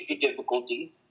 difficulty